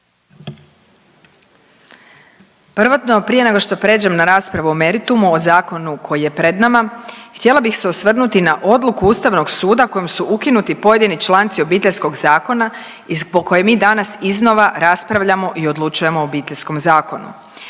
Prvotno prije nego što prijeđem na raspravu o meritumu, o zakonu koji je pred nama htjela bih se osvrnuti na odluku Ustavnog suda kojim su ukinuti pojedini članci Obiteljskog zakona i zbog kojeg mi dana iznova raspravljamo i odlučujemo o Obiteljskom zakonu.